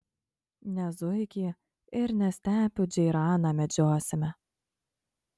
ne zuikį ir ne stepių džeiraną medžiosime